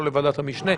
לא לוועדת המשנה.